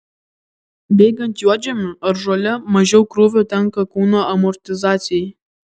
bėgant juodžemiu ar žole mažiau krūvio tenka kūno amortizacijai